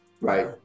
Right